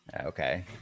Okay